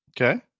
Okay